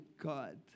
God